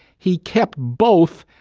he kept both,